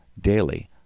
daily